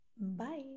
bye